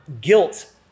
Guilt